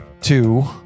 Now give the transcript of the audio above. two